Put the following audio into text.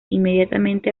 inmediatamente